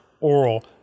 oral